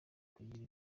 kugira